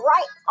Right